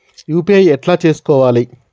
UPI ఎట్లా చేసుకోవాలి?